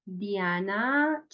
Diana